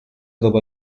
dopo